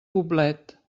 poblet